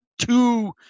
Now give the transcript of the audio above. two